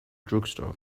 drugstore